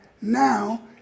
Now